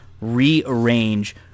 Rearrange